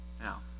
Now